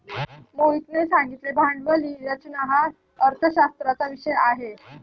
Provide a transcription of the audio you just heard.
मोहितने सांगितले भांडवली रचना हा अर्थशास्त्राचा विषय आहे